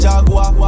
Jaguar